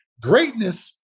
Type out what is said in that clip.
greatness